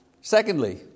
Secondly